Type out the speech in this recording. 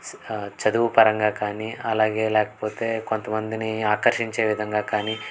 చదువు పరంగా కానీ అలాగే లేకపోతే కొంతమందిని ఆకర్షించే విధంగా కానీ